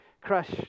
crush